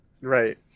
Right